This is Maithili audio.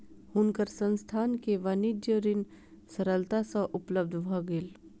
हुनकर संस्थान के वाणिज्य ऋण सरलता सँ उपलब्ध भ गेल